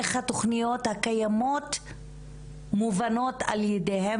איך התוכניות הקיימות מובנות על ידיהם